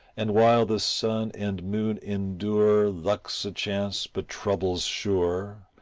and while the sun and moon endure luck's a chance, but trouble's sure,